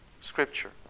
Scripture